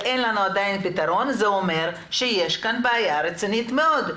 ואין לנו עדיין פתרון - זה אומר שיש כאן בעיה רצינית מאוד.